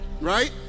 right